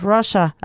Russia